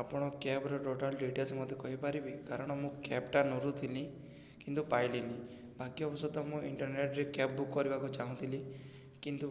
ଆପଣ କ୍ୟାବ୍ର total details ମୋତେ କହିପାରିବେ କାରଣ ମୁଁ କ୍ୟାବ୍ଟା ନରୁଥିଲି କିନ୍ତୁ ପାଇଲିିନି ବାକି ଅବଶ୍ୟତଃ ମୁଁ ଇଣ୍ଟରନେଟ୍ରେ କ୍ୟାବ୍ ବୁକ୍ କରିବାକୁ ଚାହୁଁଥିଲି କିନ୍ତୁ